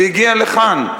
זה הגיע לכאן.